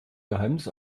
geheimnis